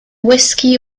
whisky